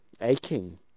aching